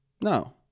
No